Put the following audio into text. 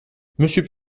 monsieur